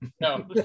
No